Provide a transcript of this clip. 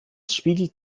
spiegelt